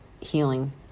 healing